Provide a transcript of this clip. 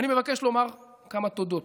ואני מבקש לומר כמה תודות.